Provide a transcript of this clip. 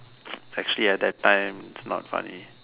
actually at that time not funny